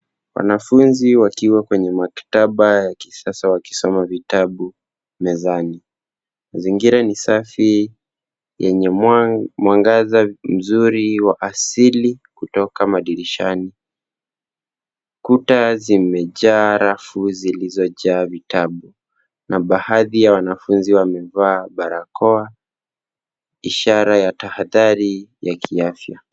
Wanafunzi wakiwa kwenye maktaba ya kisasa wakisoma vitabu mezani. Mazingira ni safi yenye mwangaza mzuri waasili kutoka madirishani. Kuta zimejaa rafu zilizojaa vitabu. bahadhi ya wanafunzi wamevaa barakoa, ishara ya tahadhari ya kiafya.